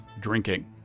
drinking